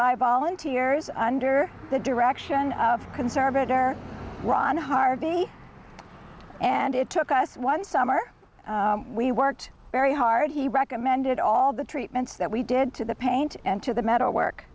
by volunteers under the direction of conservator ron harvey and it took us one summer we worked very hard he recommended all the treatments that we did to the paint and to the metal work